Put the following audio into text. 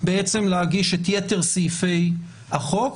להגיש את יתר סעיפי החוק.